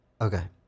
Okay